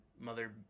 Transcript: mother